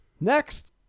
Next